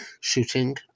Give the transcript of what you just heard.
shooting